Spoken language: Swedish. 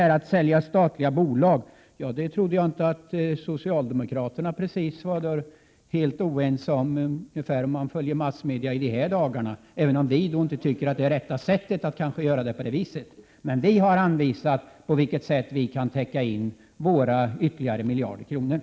När det gäller frågan om att sälja statliga bolag, trodde jag inte — sedan jag i dessa dagar följt massmedia — att socialdemokraterna var oense med oss på den punkten. Vi har alltså visat hur man skall täcka in de ytterligare miljarder vi föreslår.